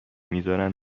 میذارن